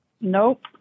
Nope